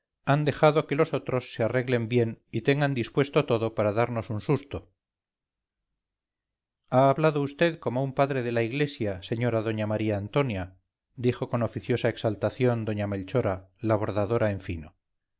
han dejado que los otros se arreglen bien y tengan dispuesto todo para darnos un susto ha hablado vd como un padre de la iglesia señora doña maría antonia dijo con oficiosa exaltación doña melchora la bordadora en fino